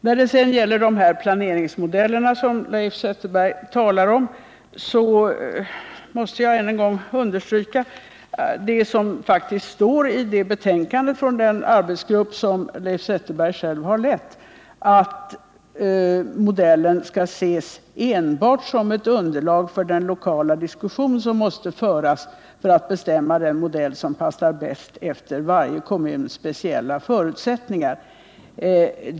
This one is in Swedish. När det gäller den planeringsmodell som Leif Zetterberg talar om måste jag än en gång understryka vad som faktiskt står i betänkandet från den arbetsgrupp som Leif Zetterberg själv har lett, nämligen att modellen ”enbart skall ses som ett underlag för den lokala diskussion som måste föras för att bestämma den modell som passar bäst efter varje kommuns speciella förutsättningar”.